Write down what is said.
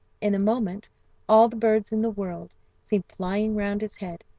in a moment all the birds in the world seemed flying round his head,